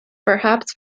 perhaps